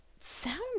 sound